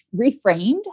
reframed